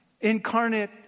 incarnate